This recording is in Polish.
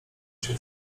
się